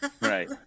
Right